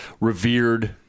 revered